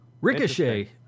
Ricochet